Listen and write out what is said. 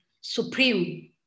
supreme